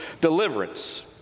deliverance